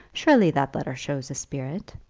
surely that letter shows a spirit.